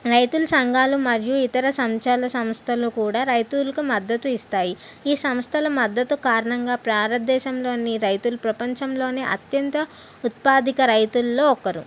రైతుల సంఘాలు మరియు ఇతర సంచాల సంస్థలు కూడా రైతులకు మద్దతు ఇస్తాయి ఈ సంస్థల మద్దతు కారణంగా భారతదేశంలోని రైతులు ప్రపంచంలోని అత్యంత ఉత్పాదిక రైతుల్లో ఒకరు